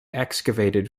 excavated